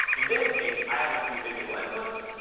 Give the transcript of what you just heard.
in this case, i have a few digital inputs,